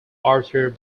arthur